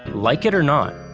like it or not,